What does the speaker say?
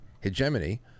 hegemony